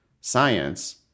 science